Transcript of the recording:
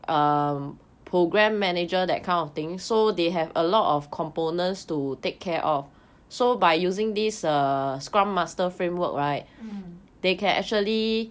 mm